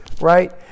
right